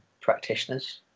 practitioners